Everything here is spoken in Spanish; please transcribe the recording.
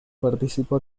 participó